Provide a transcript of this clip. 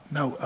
no